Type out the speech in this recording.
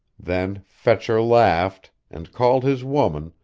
then fetcher laughed, and called his woman,